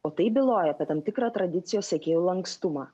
o tai byloja apie tam tikrą tradicijos sekėjų lankstumą